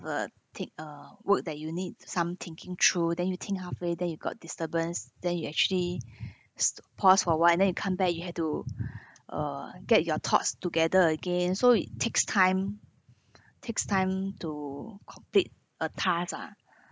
uh take a work that you need some thinking through then you think halfway then you got disturbance then you actually s~ pause for a while and then you come back you had to uh get your thoughts together again so it takes time takes time to complete a task ah